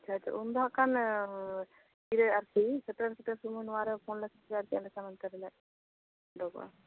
ᱟᱪᱪᱷᱟ ᱩᱱ ᱫᱚᱦᱟᱜ ᱠᱷᱟᱱ ᱛᱤᱨᱮ ᱟᱨᱠᱤ ᱥᱮᱴᱮᱨ ᱥᱮᱴᱮᱨ ᱥᱳᱢᱚᱭ ᱱᱚᱣᱟ ᱨᱮ ᱯᱷᱳᱱ ᱞᱮᱠᱷᱟᱱ ᱜᱮ ᱮᱰᱮ ᱠᱷᱟᱱ ᱚᱱᱛᱮ ᱨᱮᱞᱮ ᱚᱰᱚᱠᱚᱜᱼᱟ